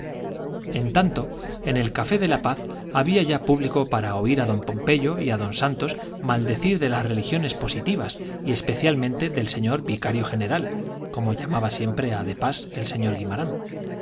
en tanto en el café de la paz había ya público para oír a don pompeyo y a don santos maldecir de las religiones positivas y especialmente del señor vicario general como llamaba siempre a de pas el señor guimarán